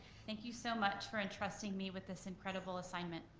thank you so much for entrusting me with this incredible assignment.